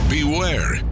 Beware